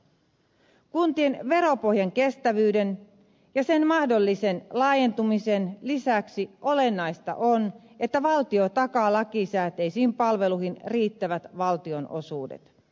kuntien veropohjan kestävyyden ja sen mahdollisen laajentumisen lisäksi olennaista on että valtio takaa lakisääteisiin palveluihin riittävät valtionosuudet